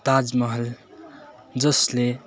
ताज महल जसले